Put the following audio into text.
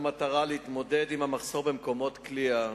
מטרה להתמודד עם המחסור במקומות כליאה,